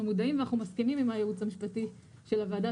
אנחנו מודעים ואנחנו מסכימים עם הייעוץ המשפטי של הוועדה,